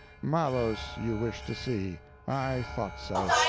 malos you wish to see i thought so.